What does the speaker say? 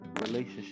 relationship